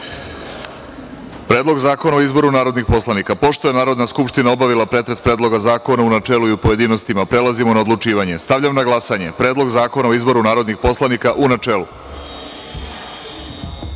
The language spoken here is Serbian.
zakona o izboru narodnih poslanika. Pošto je Narodna skupština obavila pretres Predloga zakona u načelu i u pojedinostima, prelazimo na odlučivanje. Stavljam na glasanje Predlog zakona o izboru narodnih poslanika, u